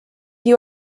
you